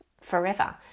forever